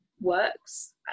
works